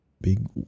big